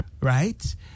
right